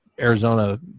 arizona